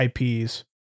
IPs